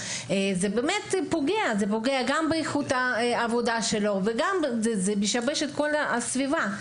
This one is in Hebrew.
זה פוגע גם באיכות העבודה שלו וגם משבש את כל הסביבה.